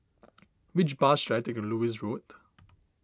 which bus should I take to Lewis Road